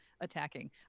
attacking